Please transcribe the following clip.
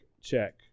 check